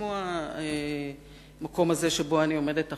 כמו המקום הזה שבו אני עומדת עכשיו,